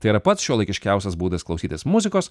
tai yra pats šiuolaikiškiausias būdas klausytis muzikos